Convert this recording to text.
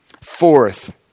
Fourth